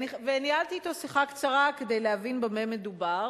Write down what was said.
וניהלתי אתו שיחה קצרה כדי להבין במה מדובר.